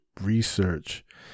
research